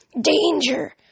Danger